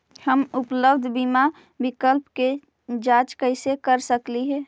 हम उपलब्ध बीमा विकल्प के जांच कैसे कर सकली हे?